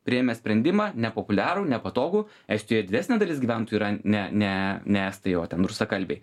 priėmė sprendimą nepopuliarų nepatogų estijoj ir didesnė dalis gyventojų yra ne ne ne estai o ten rusakalbiai